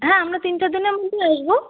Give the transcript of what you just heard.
হ্যাঁ আমরা তিন চার জনের মতোই আসব